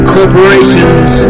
Corporations